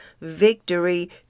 victory